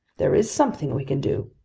there is something we can do.